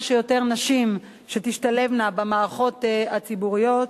שיותר נשים שתשתלבנה במערכות הציבוריות,